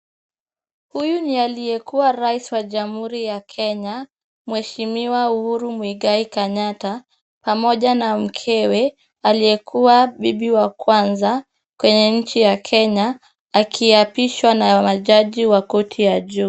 Huyu ni aliyekuwa rais wa Jamhuri ya Kenya mheshimiwa Uhuru Kenyatta pamoja na mkewe aliyekuwa bibi wa kwanza kwenye nchi ya Kenya akiapishwa na majaji wa korti ya juu.